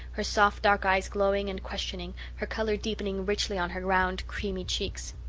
her soft dark eyes glowing and questioning, her colour deepening richly on her round, creamy cheeks.